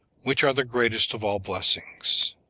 which are the greatest of all blessings.